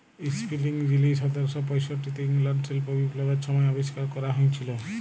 spinning যিলি সতের শ পয়ষট্টিতে ইংল্যাল্ডে শিল্প বিপ্লবের ছময় আবিষ্কার ক্যরা হঁইয়েছিল